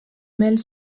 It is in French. mêlent